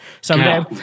someday